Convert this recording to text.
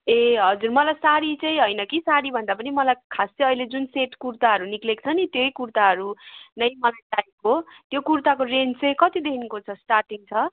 ए हजुर मलाई सारी चाहिँ होइन कि सारीभन्दा पनि मलाई खास चाहिँ अहिले जुन सेट कुर्ताहरू निक्लिएको छ नि त्यही कुर्ताहरू नै मलाई चाहिएको त्यो कुर्ताको रेन्ज चाहिँ कतिदेखिन्को छ स्टार्टटिङ छ